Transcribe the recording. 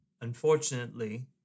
unfortunately